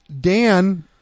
Dan